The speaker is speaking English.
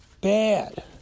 bad